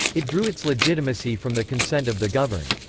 it drew its legitimacy from the consent of the governed.